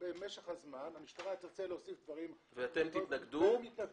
שבמשך הזמן המשטרה תרצה להוסיף דברים והם יתנגדו.